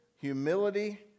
humility